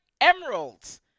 Emeralds